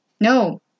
No